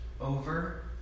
over